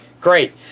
Great